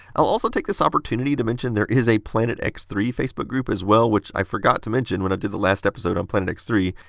i'll also take this opportunity to mention there is a planet x three facebook group as well, which i forgot to mention when i did the last episode on planet x three.